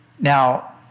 Now